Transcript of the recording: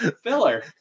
Filler